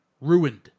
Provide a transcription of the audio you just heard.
ruined